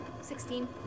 Sixteen